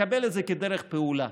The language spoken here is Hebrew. לקבל את זה כדרך פעולה.